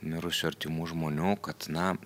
mirusių artimų žmonių kad na